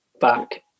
back